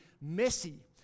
messy